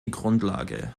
grundlage